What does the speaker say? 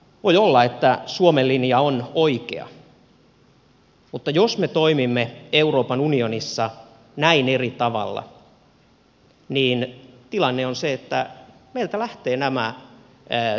voi olla että suomen linja on oikea mutta jos me toimimme euroopan unionissa näin eri tavalla niin tilanne on se että meiltä lähtevät nämä työpaikat pois